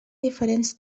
diferents